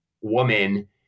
woman